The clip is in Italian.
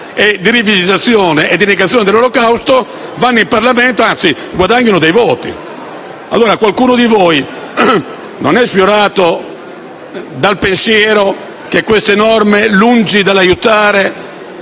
e di rivisitazione e negazione dell'Olocausto, che arriva in Parlamento e anzi guadagna dei voti? Qualcuno di voi non è sfiorato dal pensiero che queste norme, lungi dall'aiutare